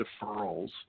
deferrals